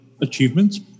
achievements